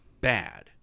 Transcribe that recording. bad